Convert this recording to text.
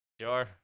Sure